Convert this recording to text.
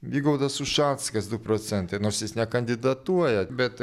vygaudas ušackas du procentai nors jis nekandidatuoja bet